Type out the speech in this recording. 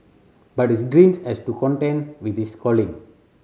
but this dream has to contend with this calling